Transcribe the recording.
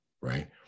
Right